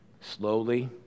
slowly